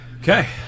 Okay